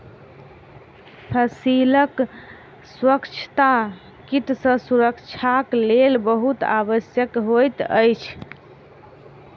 फसीलक स्वच्छता कीट सॅ सुरक्षाक लेल बहुत आवश्यक होइत अछि